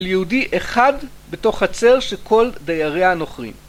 ליהודי אחד בתוך חצר שכל דייריה נוחרים